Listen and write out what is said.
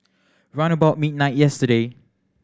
round about midnight yesterday